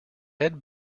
head